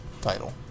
title